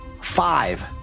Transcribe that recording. Five